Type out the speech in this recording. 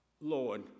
Lord